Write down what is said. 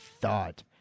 thought